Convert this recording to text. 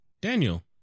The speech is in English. Daniel